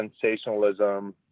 sensationalism